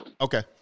Okay